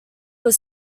were